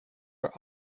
are